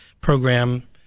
program